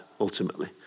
ultimately